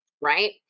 right